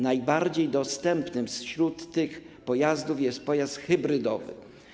Najbardziej dostępnym z wśród tych pojazdów jest pojazd hybrydowy.